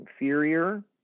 inferior